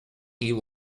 you